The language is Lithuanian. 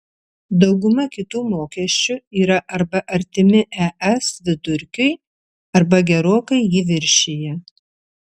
dauguma kitų mokesčių yra arba artimi es vidurkiui arba gerokai jį viršija